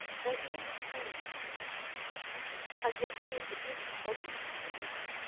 my dear miss stanley, it began i hope you will forgive my bothering you with a letter,